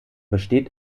besteht